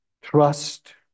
trust